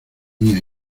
mía